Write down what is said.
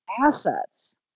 assets